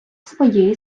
своєї